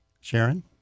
Sharon